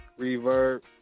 Reverb